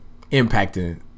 impacting